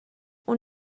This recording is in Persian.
اون